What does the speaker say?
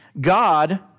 God